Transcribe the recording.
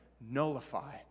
nullify